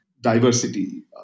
diversity